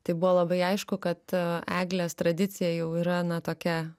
tai buvo labai aišku kad eglės tradicija jau yra na tokia